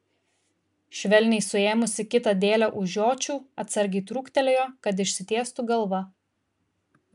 švelniai suėmusi kitą dėlę už žiočių atsargiai trūktelėjo kad išsitiestų galva